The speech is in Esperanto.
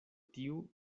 tiu